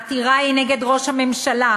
העתירה היא נגד ראש הממשלה,